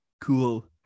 Cool